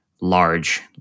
Large